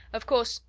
of course,